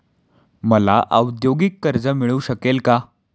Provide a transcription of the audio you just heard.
मला औद्योगिक कर्ज मिळू शकेल का?